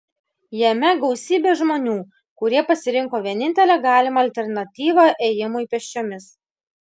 jame gausybė žmonių kurie pasirinko vienintelę galimą alternatyvą ėjimui pėsčiomis